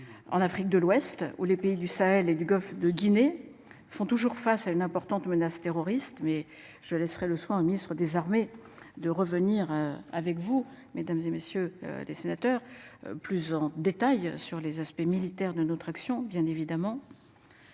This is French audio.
en Afrique de l'Ouest où les pays du Sahel et du Golfe de Guinée font toujours face à une importante menace terroriste mais je laisserai le soin Ministre des Armées de revenir avec vous mesdames et messieurs les sénateurs, plus en détail sur les aspects militaires de notre action, bien évidemment.